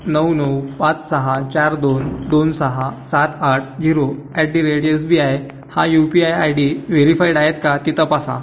नऊ नऊ पाच सहा चार दोन दोन सहा सात आठ zero at the rate SBI हा U P I ID verified आहे का ते तपासा